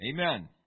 Amen